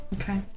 Okay